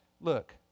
look